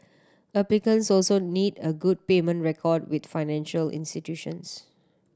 applicants also need a good payment record with financial institutions